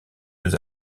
deux